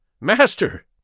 Master